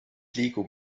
liigub